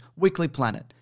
weeklyplanet